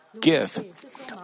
give